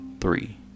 three